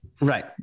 Right